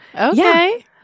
Okay